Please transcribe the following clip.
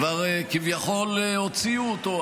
כביכול הוציאו אותו,